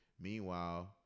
Meanwhile